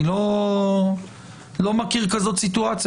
אני לא מכיר סיטואציה כזאת.